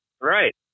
Right